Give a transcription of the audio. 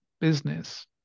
business